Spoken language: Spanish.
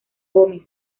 gómez